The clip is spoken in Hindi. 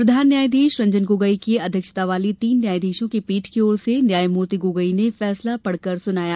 प्रधान न्यायाधीश रंजन गोगोई की अध्यक्षता वाली तीन न्यायाधीशों की पीठ की ओर से न्यायमूर्ति गोगोई ने फैंसला पढ़कर सुनाया